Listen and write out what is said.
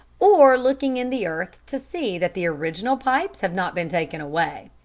or looking in the earth to see that the original pipes have not been taken away.